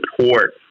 support